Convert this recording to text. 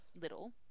little